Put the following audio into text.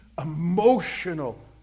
emotional